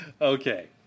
Okay